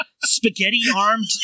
spaghetti-armed